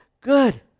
good